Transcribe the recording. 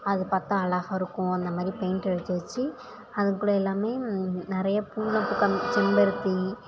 அது பார்த்தா அழகாக இருக்கும் அந்த மாதிரி பெயிண்ட் அடித்து வெச்சு அது கூட எல்லாம் நிறைய பூவெல்லாம் பூக்க ஆரம்மிச்சிடுச்சி செம்பருத்தி